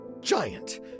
giant